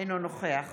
אינו נוכח